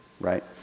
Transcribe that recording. right